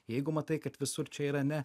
jeigu matai kad visur čia yra ne